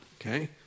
okay